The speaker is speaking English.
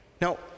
Now